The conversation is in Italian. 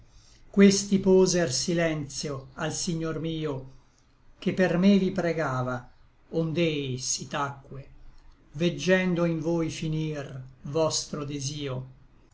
questi poser silentio al signor mio che per me vi pregava ond'ei si tacque veggendo in voi finir vostro desio